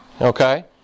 okay